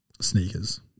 Sneakers